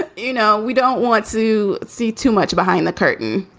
and you know, we don't want to see too much behind the curtain